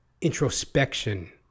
introspection